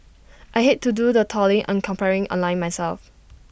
I hate to do the trawling and comparing online myself